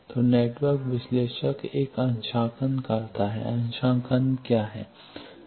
तो नेटवर्क विश्लेषक एक अंशांकन करता है अंशांकन क्या है